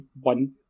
one